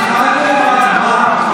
אנחנו התחלנו בהצבעה.